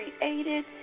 created